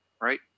right